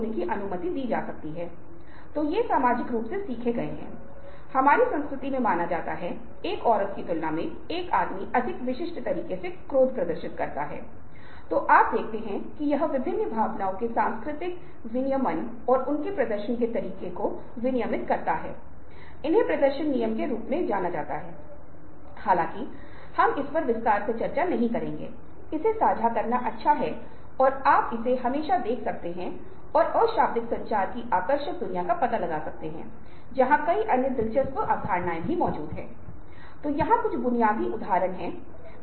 और अनुनय के बारे में दूसरी दिलचस्प बात यह है कि हर कोई महसूस करता है कि वह समझदार है अनुनय के विश्वासघात के माध्यम से देखने के लिए पर्याप्त बुद्धिमान है यदि आप शब्द का उपयोग कर सकते हैं और सच्चाई को जान सकते हैं यह अपने आप में भ्रामक है